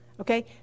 okay